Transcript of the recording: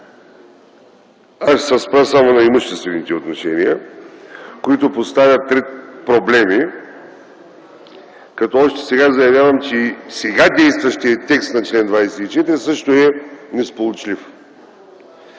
Аз ще се спра само на имуществените отношения, които поставят ред проблеми, като още сега заявявам, че и сега действащият текст на чл. 24 също е несполучлив.